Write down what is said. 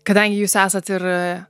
kadangi jūs esat ir